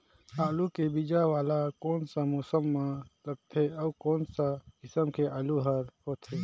आलू के बीजा वाला कोन सा मौसम म लगथे अउ कोन सा किसम के आलू हर होथे?